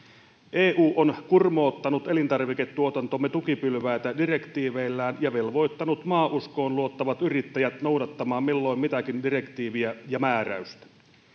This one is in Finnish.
eu on kurmoottanut elintarviketuotantomme tukipylväitä direktiiveillään ja velvoittanut maauskoon luottavat yrittäjät noudattamaan milloin mitäkin direktiiviä ja määräystä